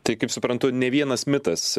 tai kaip suprantu ne vienas mitas